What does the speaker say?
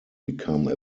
become